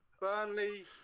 Burnley